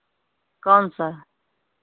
कौन सा